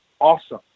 awesome